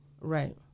Right